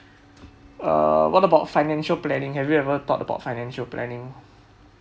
err what about financial planning have you ever thought about financial planning